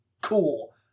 cool